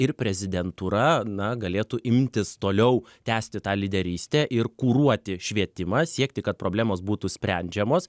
ir prezidentūra na galėtų imtis toliau tęsti tą lyderystę ir kuruoti švietimą siekti kad problemos būtų sprendžiamos